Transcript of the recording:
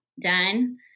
done